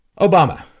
Obama